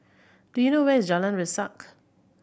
do you know where is Jalan Resak